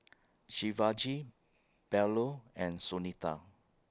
Shivaji Bellur and Sunita